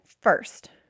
first